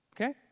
Okay